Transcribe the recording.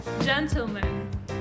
gentlemen